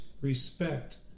respect